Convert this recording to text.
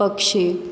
पक्षी